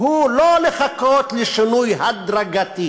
ולא לחכות לשינוי הדרגתי